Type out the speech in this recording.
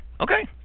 Okay